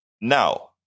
now